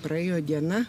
praėjo diena